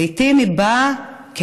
ולעיתים היא מורכבת